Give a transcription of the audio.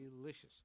delicious